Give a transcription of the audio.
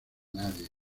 nadie